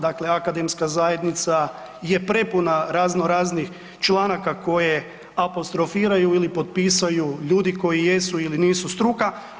Dakle, akademska zajednica je prepuna razno raznih članaka koje apostrofiraju ili potpisuju ljudi koji jesu ili nisu struka.